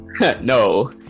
No